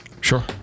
Sure